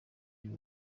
y’u